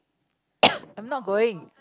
I'm not going